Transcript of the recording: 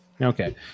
Okay